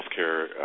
healthcare